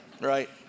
Right